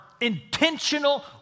intentional